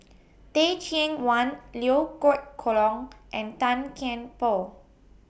Teh Cheang Wan Liew Geok Leong and Tan Kian Por